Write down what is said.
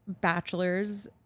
bachelor's